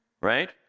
right